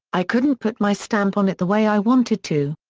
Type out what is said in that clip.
i couldn't put my stamp on it the way i wanted to.